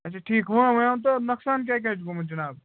اچھا ٹھیٖک وٕ ؤنۍ ؤنۍ تو نۄقصان کیٛاہ چھُ گوٚمُت جِناب